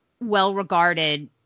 well-regarded